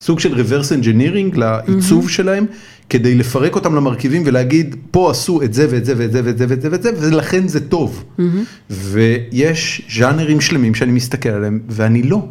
סוג של reverse engineering לעיצוב שלהם כדי לפרק אותם למרכיבים ולהגיד פה עשו את זה ואת זה ואת זה ואת זה ואת זה ולכן זה טוב ויש ז'אנרים שלמים שאני מסתכל עליהם ואני לא.